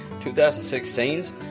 2016's